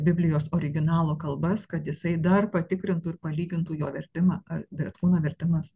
biblijos originalo kalbas kad jisai dar patikrintų ir palygintų jo vertimą ar bretkūno vertimas